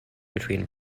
between